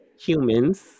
humans